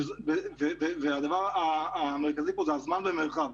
והדבר המרכזי פה זה זמן ומרחב.